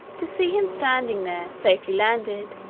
to see him standing there, safely landed,